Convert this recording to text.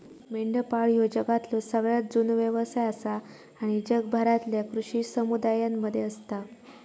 मेंढपाळ ह्यो जगातलो सगळ्यात जुनो व्यवसाय आसा आणि जगभरातल्या कृषी समुदायांमध्ये असता